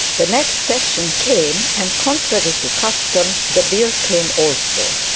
the next session came, and, contrary to custom, the bill came also.